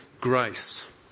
Grace